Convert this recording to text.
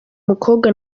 mukobwa